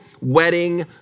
wedding